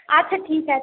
আচ্ছা ঠিক আছে